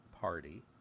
party